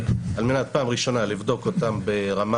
פעם ראשונה על מנת לבדוק אותם ברמה